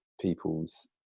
people's